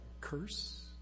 curse